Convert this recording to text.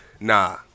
Nah